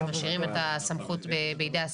שמשאירים את הסמכות בידי השרים.